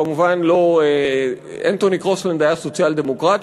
אנתוני קרוסלנד היה סוציאל-דמוקרט,